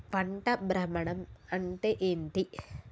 పంట భ్రమణం అంటే ఏంటి?